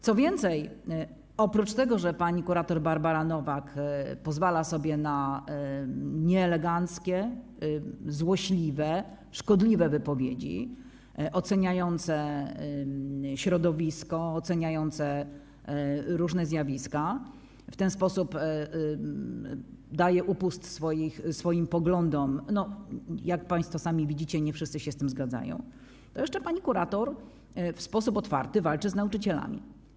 Co więcej, oprócz tego, że pani kurator Barbara Nowak pozwala sobie na nieeleganckie, złośliwe, szkodliwe wypowiedzi oceniające środowisko, oceniające różne zjawiska, w ten sposób daje upust swoim poglądom, jak państwo sami widzicie, nie wszyscy się z tym zgadzają, to jeszcze pani kurator w sposób otwarty walczy z nauczycielami.